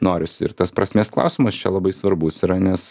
norisi ir tas prasmės klausimas čia labai svarbus yra nes